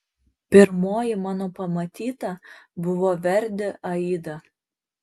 pirmoji mano pamatyta buvo verdi aida